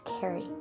carry